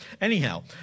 Anyhow